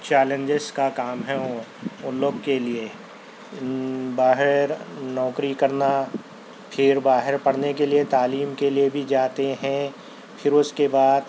challenges کا کام ہے وہ اُن لوگ کے لیے باہر نوکری کرنا پھر باہر پڑھنے کے لیے تعلیم کے لیے بھی جاتے ہیں پھر اُس کے بعد